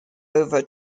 over